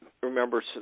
Remember